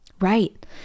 Right